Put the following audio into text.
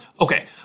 Okay